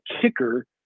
kicker